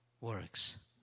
works